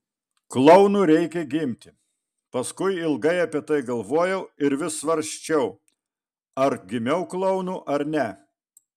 klounu reikia gimti paskui ilgai apie tai galvojau ir vis svarsčiau ar gimiau klounu ar ne